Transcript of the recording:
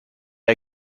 are